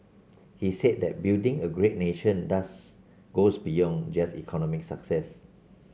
he said that building a great nation does goes beyond just economic success